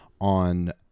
on